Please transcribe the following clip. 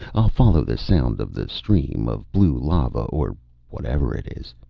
i'll follow the sound of the stream of blue lava or whatever it is.